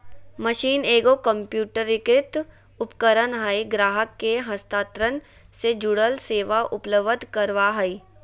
machine एगो कंप्यूटरीकृत उपकरण हइ ग्राहक के हस्तांतरण से जुड़ल सेवा उपलब्ध कराबा हइ